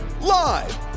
Live